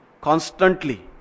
constantly